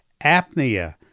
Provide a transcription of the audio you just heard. apnea